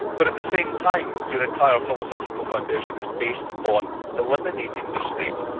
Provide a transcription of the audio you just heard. but at the same time, your entire philosophical foundation is based upon eliminating the state.